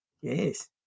Yes